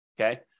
Okay